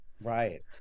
Right